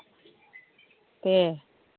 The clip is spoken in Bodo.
दे